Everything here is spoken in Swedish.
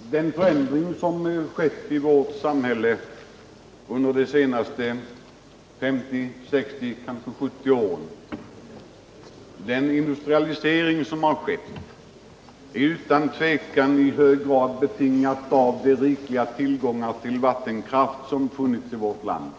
Herr talman! Den förändring som skett i vårt samhälle under de senaste 50, 60, kanske 70 åren, den industrialisering som har ägt rum, är utan tvivel i hög grad betingad av de rikliga tillgångar på vattenkraft som funnits i vårt land